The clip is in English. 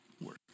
work